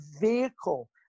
vehicle